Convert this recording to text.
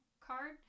card